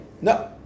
no